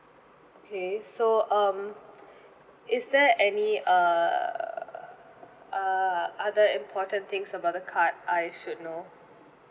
okay so um is there any err uh other important things about the card I should know